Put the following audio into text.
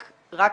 רק נזק.